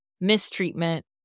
mistreatment